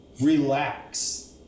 relax